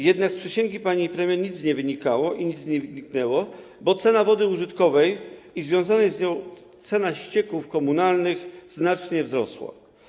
Jednak z przysięgi pani premier nic nie wynikało i nic nie wyniknęło, bo cena wody użytkowej i związana z nią cena ścieków komunalnych znacznie wzrosły.